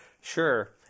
Sure